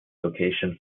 location